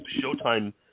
Showtime